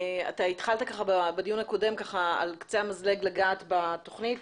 אתה התחלת בדיון הקודם על קצה המזלג לגעת בתוכנית.